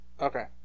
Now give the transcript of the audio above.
Okay